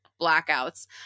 blackouts